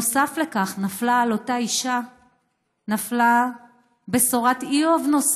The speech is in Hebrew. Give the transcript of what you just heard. נוסף על כך, נפלה על אותה אישה בשורת איוב: